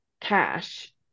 cash